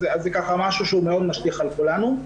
אז זה משהו שמאוד משליך על כולנו.